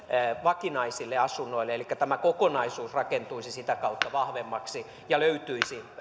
vakinaisten asuntojen asemaa elikkä tämä kokonaisuus rakentuisi sitä kautta vahvemmaksi ja löytyisi